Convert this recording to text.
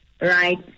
right